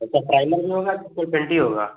अच्छा प्राइमर भी होगा कि केवल पेन्ट ही होगा